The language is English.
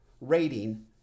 rating